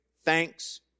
thanks